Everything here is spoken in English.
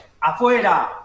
afuera